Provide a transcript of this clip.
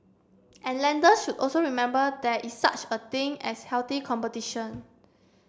and lenders should also remember there is such a thing as healthy competition